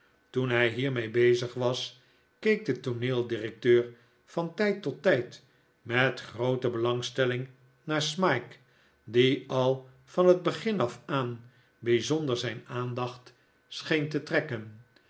terwijl hij hiermee bezig was keek de tooneeldirecteur van tijd tot tijd met groote belangstelling naar smike die al van het begin af aan bijzonder zijn aandacht scheen nikolaas nickleby te trekkeru